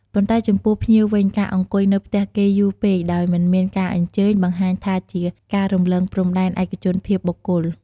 ប៉ុន្តែចំពោះភ្ញៀវវិញ ការអង្គុយនៅផ្ទះគេយូរពេកដោយមិនមានការអញ្ជើញ បង្ហាញថាជាការរំលងព្រំដែនឯកជនភាពបុគ្គល។